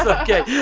ah okay,